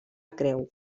creu